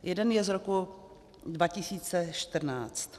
Jeden je z roku 2014.